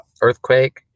earthquake